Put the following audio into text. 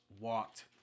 walked